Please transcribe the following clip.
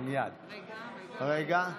רגע.